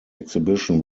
exhibition